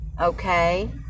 Okay